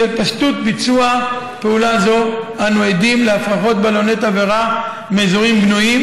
בשל פשטות ביצוע פעולה זו אנו עדים להפרחות בלוני תבערה מאזורים בנויים,